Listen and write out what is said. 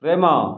ପ୍ରେମ